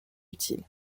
utile